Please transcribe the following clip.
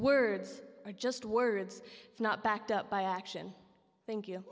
words are just words it's not backed up by action thank you